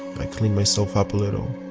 i cleaned myself up a little